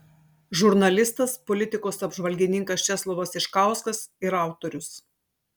žurnalistas politikos apžvalgininkas česlovas iškauskas ir autorius